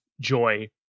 joy